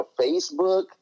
Facebook